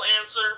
answer